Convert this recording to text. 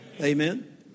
Amen